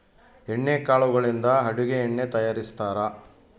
ಎಣ್ಣೆ ಕಾಳುಗಳಿಂದ ಅಡುಗೆ ಎಣ್ಣೆ ತಯಾರಿಸ್ತಾರಾ